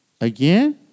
Again